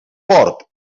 fort